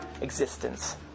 existence